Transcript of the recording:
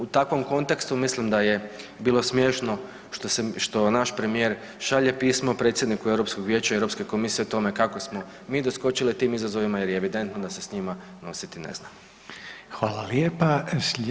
U takvom kontekstu mislim da je bilo smiješno što naš premijer šalje pismo predsjedniku Europskog vijeća i Europske komisije o tome kako smo mi doskočili tim izazovima jer je evidentno da se s njima nositi ne znamo.